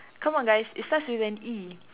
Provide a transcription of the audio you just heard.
come on guys it starts with an E